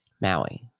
Maui